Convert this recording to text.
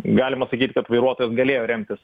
galima sakyt kad vairuotojas galėjo remtis